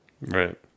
right